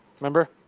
Remember